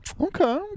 okay